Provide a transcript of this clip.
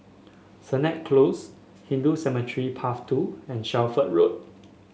Sennett Close Hindu Cemetery Path Two and Shelford Road